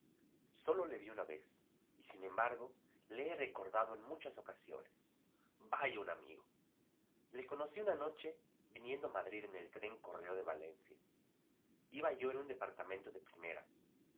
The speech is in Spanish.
sólo le vi una vez y sin embargo le he recordado en muchas ocasiones vaya un amigo le conocí una noche viniendo a madrid en el tren correo de valencia iba yo en un departamento de primera